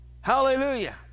Hallelujah